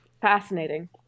Fascinating